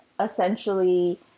essentially